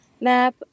map